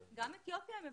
גם אתיופיה הם מבוגרים.